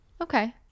Okay